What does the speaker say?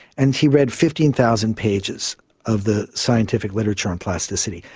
and he read fifteen thousand pages of the scientific literature on plasticity.